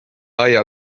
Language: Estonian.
aia